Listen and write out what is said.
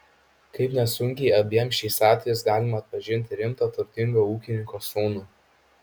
kaip nesunkiai abiem šiais atvejais galima atpažinti rimtą turtingo ūkininko sūnų